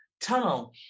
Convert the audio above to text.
tunnel